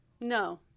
No